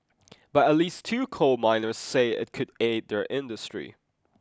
but at least two coal miners say it could aid their industry